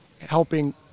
helping